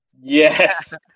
Yes